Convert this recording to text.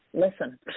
listen